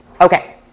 Okay